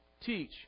teach